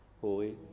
Holy